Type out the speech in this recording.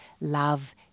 love